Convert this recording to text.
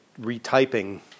retyping